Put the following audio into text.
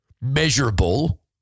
measurable